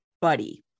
Buddy